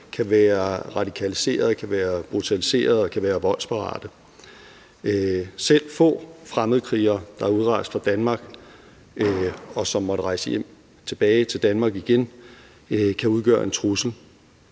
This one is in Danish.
kan være radikaliserede, brutaliserede og voldsparate. Selv få fremmedkrigere, der er udrejst fra Danmark, og som måtte rejse tilbage til Danmark igen, kan udgøre en trussel.